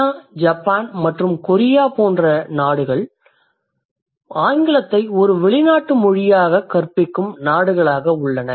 சீனா Japan மற்றும் Korea முதலான நாடுகள் ஆங்கிலத்தை ஒரு வெளிநாட்டு மொழியாகக் கற்பிக்கும் நாடுகளாக உள்ளன